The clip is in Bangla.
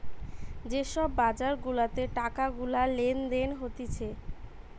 যে সব বাজার গুলাতে টাকা গুলা লেনদেন হতিছে